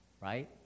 Right